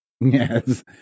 Yes